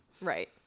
right